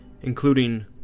including